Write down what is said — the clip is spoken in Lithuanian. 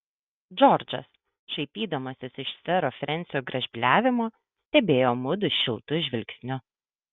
džordžas šaipydamasis iš sero frensio gražbyliavimo stebėjo mudu šiltu žvilgsniu